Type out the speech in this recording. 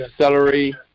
celery